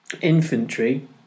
infantry